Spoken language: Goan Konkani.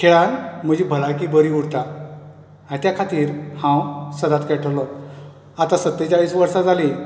खेळान म्हजी भलायकी बरी उरता हा त्या खातीर हांव सदांच खेळटलो आता सत्तेचाळीस वर्सां जाली